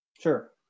Sure